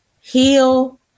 heal